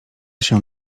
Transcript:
się